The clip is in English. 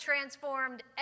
transformed